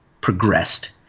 progressed